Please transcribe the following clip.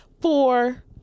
four